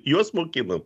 juos mokinam